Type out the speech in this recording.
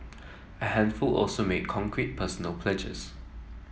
a handful also made concrete personal pledges